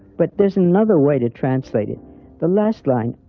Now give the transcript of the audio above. but there's another way to translate it the last line.